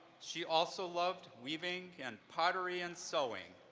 she also loved weaving and pottery and sewing.